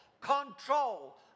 control